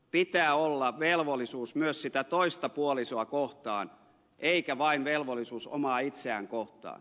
pitää olla velvollisuus myös sitä toista puolisoa kohtaan eikä vain velvollisuus omaa itseään kohtaan